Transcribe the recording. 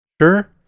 Sure